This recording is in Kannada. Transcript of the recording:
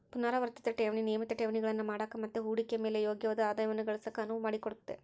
ಪುನರಾವರ್ತಿತ ಠೇವಣಿ ನಿಯಮಿತ ಠೇವಣಿಗಳನ್ನು ಮಾಡಕ ಮತ್ತೆ ಹೂಡಿಕೆಯ ಮೇಲೆ ಯೋಗ್ಯವಾದ ಆದಾಯವನ್ನ ಗಳಿಸಕ ಅನುವು ಮಾಡಿಕೊಡುತ್ತೆ